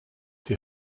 die